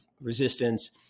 resistance